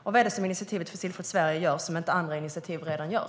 Och vad är det initiativet Fossilfritt Sverige gör som inte andra initiativ redan gör?